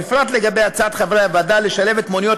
ובפרט לגבי הצעת חברי הוועדה לשלב את מוניות